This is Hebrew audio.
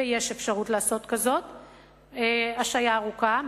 ויש אפשרות לעשות השעיה ארוכה,